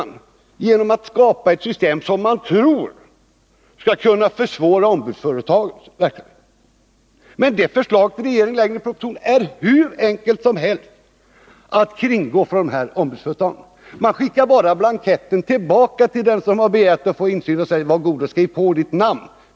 Nu vill man skapa ett system som man tror skall försvåra ombudsföre Nr 44 tagens verksamhet. Men det system som regeringen föreslår i propositionen är det hur enkelt som helst att kringgå — ombudsföretagen skickar bara tillbaka blanketten till den som har begärt insyn och säger: Var god skriv på ditt namn!